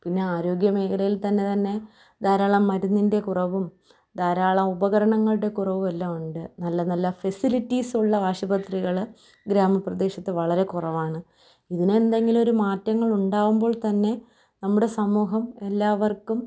പിന്നെ ആരോഗ്യമേഖലയിൽ തന്നെ തന്നെ ധാരാളം മരുന്നിൻ്റെ കുറവും ധാരാളം ഉപകരണങ്ങളുടെ കുറവും എല്ലാം ഉണ്ട് നല്ല നല്ല ഫെസിലിറ്റീസുള്ള ആശുപത്രികള് ഗ്രാമപ്രദേശത്ത് വളരെ കുറവാണ് ഇതിനെന്തെങ്കിലുമൊരു മാറ്റങ്ങൾ ഉണ്ടാവുമ്പോൾ തന്നെ നമ്മുടെ സമൂഹം എല്ലാവർക്കും